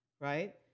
right